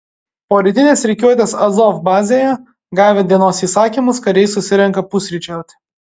po rytinės rikiuotės azov bazėje gavę dienos įsakymus kariai susirenka pusryčiauti